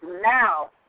now